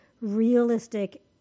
realistic